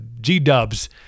G-dubs